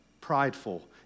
Prideful